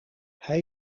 hij